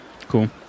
Cool